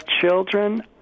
children